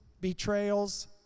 Betrayals